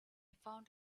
found